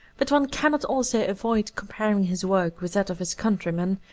but one cannot also avoid comparing his work with that of his countryman,